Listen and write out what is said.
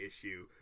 issue